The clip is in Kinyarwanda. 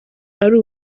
ari